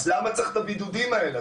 אז למה צריך את הבידודים האלה?